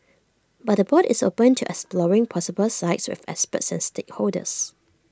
but the board is open to exploring possible sites with experts and stakeholders